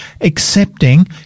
accepting